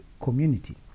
community